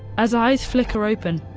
as eyes flicker open,